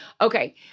Okay